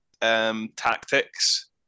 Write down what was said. tactics